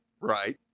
Right